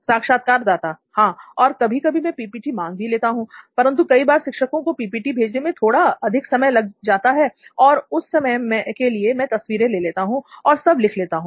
साक्षात्कारदाता हां और कभी कभी मैं पीपीटी मांग भी लेता हूं परंतु कई बार शिक्षकों को पीपीटी भेजने में थोड़ा अधिक समय लग जाता है तो उस समय के लिए मैं तस्वीरें ले लेता हूं और सब लिख लेता हूं